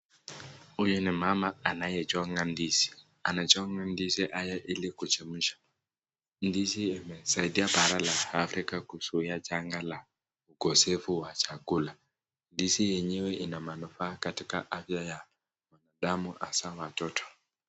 Huyu ni mama anayechoga ndizi. Anachoga ndizi haya ili kuchemsha. Ndizi imesaidia bara la Africa kuzuia janga la ukosefu wa chakula. Ndizi yenyewe ina manufaa katika afya ya damu hasa watoto.